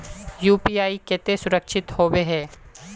UPI केते सुरक्षित होबे है?